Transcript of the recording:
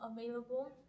available